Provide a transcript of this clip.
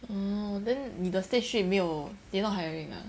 oh then 你的 stateship 没有 they not hiring ah